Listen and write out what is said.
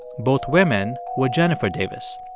both women were jennifer davis.